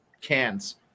cans